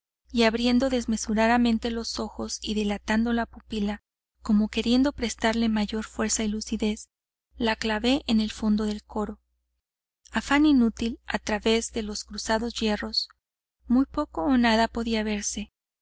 y abriendo desmesuradamente los ojos y dilatando la pupila como queriendo prestarle mayor fuerza y lucidez la clavé en el fondo del coro afán inútil a través de los cruzados hierros muy poco o nada podía verse